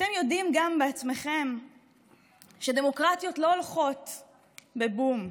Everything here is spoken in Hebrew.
אתם יודעים גם בעצמכם שדמוקרטיות לא הולכות בבום,